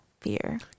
fear